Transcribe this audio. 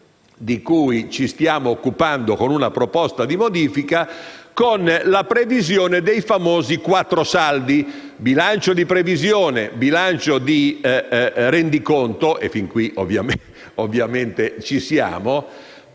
di cui ci stiamo occupando con una proposta di modifica), con la previsione dei famosi quattro saldi: bilancio di previsione, bilancio di rendiconto, pareggio di bilancio